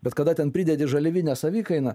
bet kada ten pridedi žaliavinę savikainą